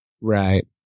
Right